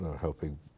helping